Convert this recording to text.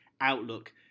outlook